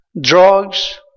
Drugs